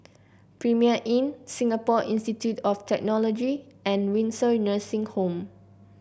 Premier Inn Singapore Institute of Technology and Windsor Nursing Home